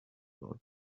thought